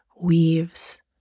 weaves